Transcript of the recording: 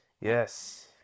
yes